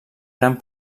gran